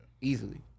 easily